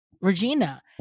Regina